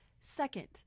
Second